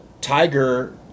Tiger